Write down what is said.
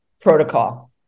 protocol